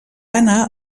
anar